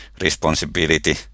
responsibility